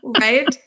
right